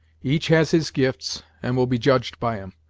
each has his gifts, and will be judged by em,